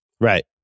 Right